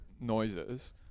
noises